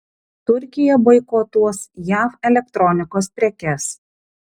turkija boikotuos jav elektronikos prekes